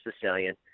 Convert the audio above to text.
Sicilian